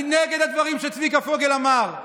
אני נגד הדברים שצביקה פוגל אמר,